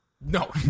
No